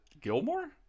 Gilmore